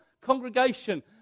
congregation